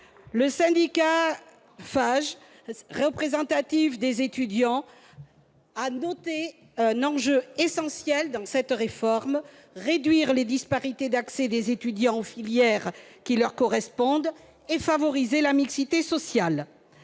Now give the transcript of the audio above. syndicat représentatif des étudiants, a noté un enjeu essentiel dans cette réforme : réduire les disparités d'accès des étudiants aux filières qui leur correspondent et favoriser la mixité sociale.